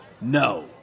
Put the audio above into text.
no